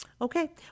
okay